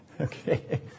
Okay